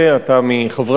אותך.